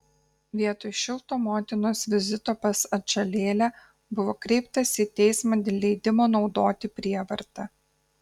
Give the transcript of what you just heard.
vietoj šilto motinos vizito pas atžalėlę buvo kreiptasi į teismą dėl leidimo naudoti prievartą